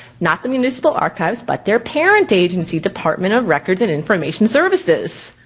not the municipal archives, but their parent agency, department of records and information services.